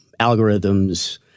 algorithms